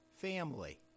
family